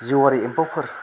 जिउआरि एम्फौफोर